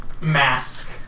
mask